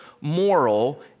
moral